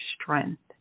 strength